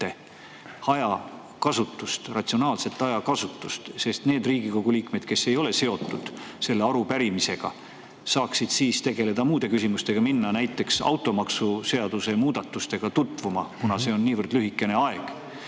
liikmete ratsionaalset ajakasutust. Need Riigikogu liikmed, kes ei ole seotud selle arupärimisega, saaksid siis tegeleda muude küsimustega, minna näiteks automaksuseaduse eelnõu muudatustega tutvuma, kuna selleks on niivõrd lühikene aeg. Ma